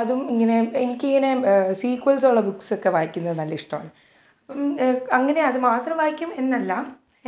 അതും ഇങ്ങനെ എനിക്കിങ്ങനെ സീക്വൽസുള്ള ബുക്സക്കെ വായിക്കുന്നത് നല്ലിഷ്ടവാണ് അപ്പം അങ്ങനെ അത് മാത്രം വായിക്കും എന്നല്ല